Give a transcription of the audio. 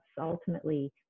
ultimately